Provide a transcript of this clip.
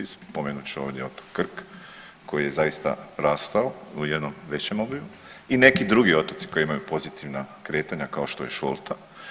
Spomenut ću ovdje otok Krk koji je zaista rastao u jednom većem obimu i neki drugi otoci koji imaju pozitivna kretanja kao što je Šolta.